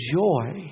joy